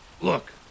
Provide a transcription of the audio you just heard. Look